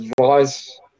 advice